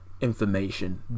information